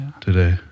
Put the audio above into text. today